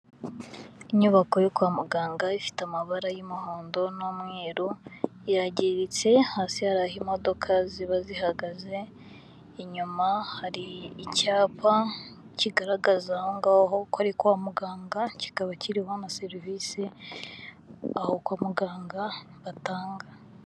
Inyubako yo kwa muganga ifite amabara y'umuhondo n'umweru, irageretse hasi hari aho imodoka ziba zihagaze, inyuma hari icyapa kigaragaza aho ngaho ko ari kwa muganga, kikaba kiriho na serivisi aho kwa muganga batanga.